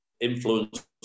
influence